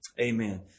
amen